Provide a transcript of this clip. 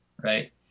Right